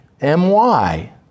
M-Y